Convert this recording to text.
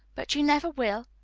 but you never will.